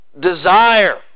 Desire